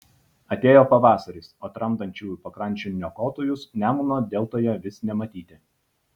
atėjo pavasaris o tramdančiųjų pakrančių niokotojus nemuno deltoje vis nematyti